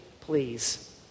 please